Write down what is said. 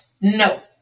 No